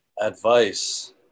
Advice